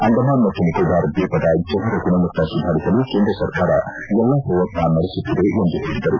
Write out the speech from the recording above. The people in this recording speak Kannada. ಅಂಡಮಾನ್ ಮತ್ತು ನಿಕೋಬಾರ್ ದ್ವೀಪದ ಜನರ ಜೀವನಮಟ್ಟ ಸುಧಾರಿಸಲು ಕೇಂದ್ರ ಸರ್ಕಾರ ಎಲ್ಲಾ ಪ್ರಯತ್ನ ನಡೆಸುತ್ತಿದೆ ಎಂದು ಹೇಳಿದರು